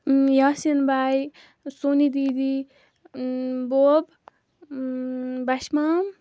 یاسیٖن باے سونہِ دیٖدی بوب بَش مام